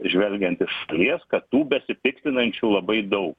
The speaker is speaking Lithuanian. žvelgiant iš šalies kad tų besipiktinančių labai daug